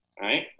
right